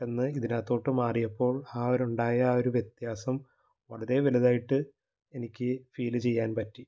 പെട്ടെന്ന് ഇതിന് അകത്തോട്ടു മാറിയപ്പോൾ ആ ഒരു ഉണ്ടായ വ്യത്യാസം വളരെ വലുതായിട്ട് എനിക്ക് ഫീല് ചെയ്യാൻ പറ്റി